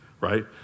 right